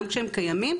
גם כשהם קיימים,